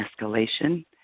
escalation